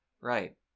Right